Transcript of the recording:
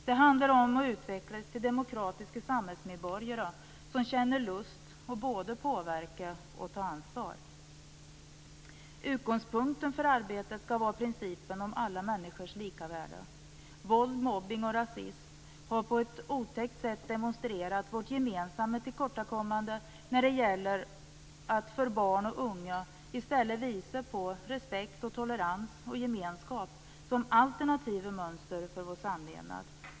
Det handlar om att utvecklas till demokratiska samhällsmedborgare som känner lust både att påverka och att ta ansvar. Utgångspunkten för arbetet skall vara principen om alla människors lika värde. Våld, mobbning och rasism har på ett otäckt sätt demonstrerat vårt gemensamma tillkortakommande när det gäller att för barn och unga i stället visa på respekt, tolerans och gemenskap som alternativa mönster för vår samlevnad.